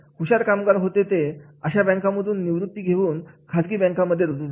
हुशार कामगार होते ते अशा बँकांमधून निवृत्ती घेऊन खाजगी बँक मध्ये रुजू झाले